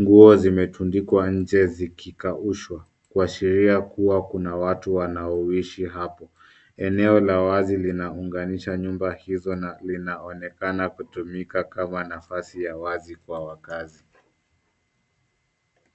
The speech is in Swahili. Nguo zimetundikwa nje zikikauswa kuashiria kuwa kuna watu wanaoishi hapo, eneo la wazi linaunganisha nyumba hizo na linaonekana kutumika kama nafasi ya wazi kwa wakahazi.